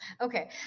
okay